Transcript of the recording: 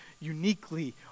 uniquely